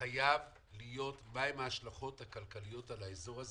חייבים לבחון מה הן ההשלכות הכלכליות על האזור הזה,